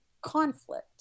Conflict